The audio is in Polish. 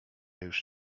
już